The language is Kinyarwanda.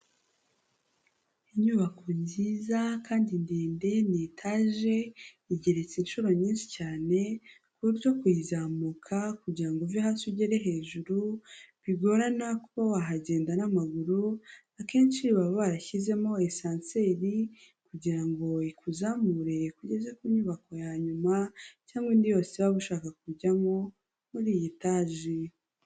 Inyubako nziza kandi ndende, ni etage igereretse inshuro nyinshi cyane ku buryo kuyizamuka kugirango uve hasi ugere hejuru bigorana kuba wahagenda n'amaguru, akenshi baba barashyizemo esanseri kugirango ngo ikuzamure ugeze ku nyubako yanyuma cyangwa indi yose waba ushaka kujyamo muri iyi etaje.